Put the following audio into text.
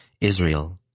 Israel